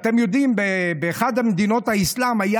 אתם יודעים, באחת ממדינות האסלאם היה